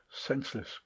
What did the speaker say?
senseless